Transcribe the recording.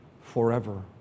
forever